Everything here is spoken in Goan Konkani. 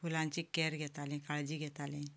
फुलांची कॅर घेतालें काळजी घेतालें